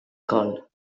col